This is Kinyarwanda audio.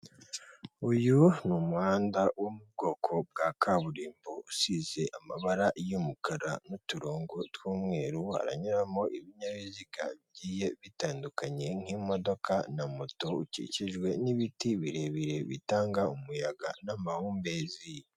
Uyu ni umuhanda wo mu bwoko bwa kaburimbo usize amabara y'umukara n'uturongo tw'umweru, haranyuramo ibinyabiziga bigiye bitandukanye nk'imodoka na moto, ukikijwe n'ibiti birebire bitanga umuyaga n'amahumbezi.